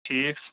ٹھیٖک